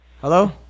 Hello